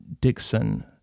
Dixon